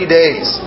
days